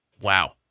Wow